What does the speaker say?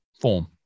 form